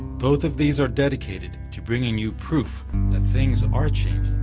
both of these are dedicated to bringing you proof that things are changing,